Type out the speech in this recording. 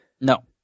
No